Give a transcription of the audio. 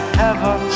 heaven